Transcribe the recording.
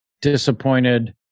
disappointed